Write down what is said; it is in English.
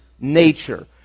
nature